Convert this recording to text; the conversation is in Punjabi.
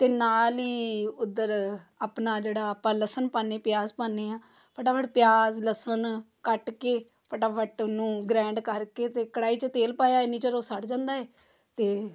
ਅਤੇ ਨਾਲ ਹੀ ਉੱਧਰ ਆਪਣਾ ਜਿਹੜਾ ਆਪਾਂ ਲਸਣ ਪਾਨੇ ਪਿਆਜ਼ ਪਾਉਂਦੇ ਹਾਂ ਫਟਾਫਟ ਪਿਆਜ਼ ਲਸਣ ਕੱਟ ਕੇ ਫਟਾਫਟ ਉਹਨੂੰ ਗਰੈਂਡ ਕਰਕੇ ਅਤੇ ਕੜਾਹੀ 'ਚ ਤੇਲ ਪਾਇਆ ਇੰਨੀ ਚਿਰ ਉਹ ਸੜ ਜਾਂਦਾ ਏ ਅਤੇ